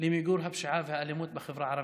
למיגור הפשיעה והאלימות בחברה הערבית.